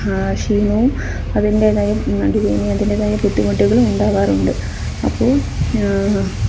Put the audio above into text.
ക്ഷീണവും അതിന്റേതായ നടുവേദനയും അതിന്റേതായ ബുദ്ധിമുട്ടുകളും ഉണ്ടാകാറുണ്ട് അപ്പോള്